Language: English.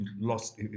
lost